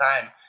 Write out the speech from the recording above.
time